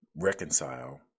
reconcile